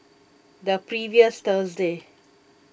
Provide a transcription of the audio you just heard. the previous Thursday